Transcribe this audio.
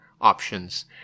options